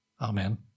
Amen